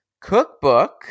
cookbook